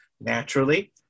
naturally